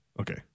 Okay